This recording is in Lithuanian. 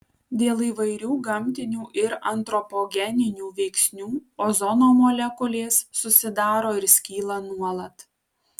dėl įvairių gamtinių ir antropogeninių veiksnių ozono molekulės susidaro ir skyla nuolat